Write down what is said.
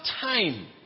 time